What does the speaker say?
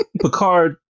Picard